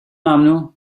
ممنوع